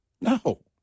No